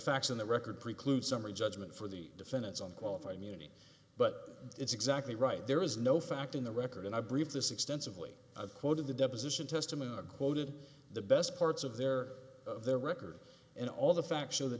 facts in the record preclude summary judgment for the defendants on qualified immunity but it's exactly right there is no fact in the record and i believe this extensively quoted the deposition testimony quoted the best parts of their their record in all the facts of the